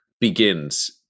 begins